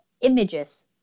images